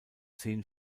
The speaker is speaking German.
zehn